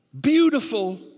beautiful